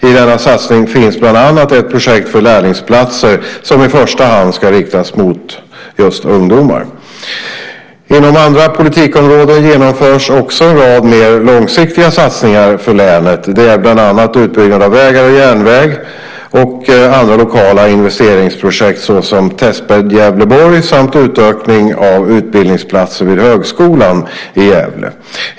I denna satsning finns bland annat ett projekt för lärlingsplatser som i första hand ska riktas mot ungdomar. Inom andra politikområden genomförs också en rad mer långsiktiga satsningar för länet. Det är bland annat utbyggnad av vägar och järnväg och andra lokala investeringsprojekt såsom Testbädd Gävleborg samt utökning av utbildningsplatser vid Högskolan i Gävle.